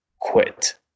quit